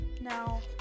now